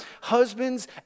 Husbands